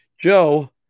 Joe